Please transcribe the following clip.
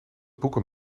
boeken